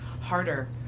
harder